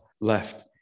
left